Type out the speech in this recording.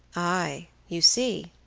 ay, you see?